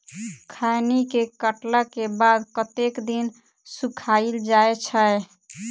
खैनी केँ काटला केँ बाद कतेक दिन सुखाइल जाय छैय?